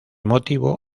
motivo